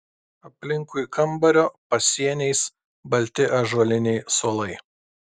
aplinkui kambario pasieniais balti ąžuoliniai suolai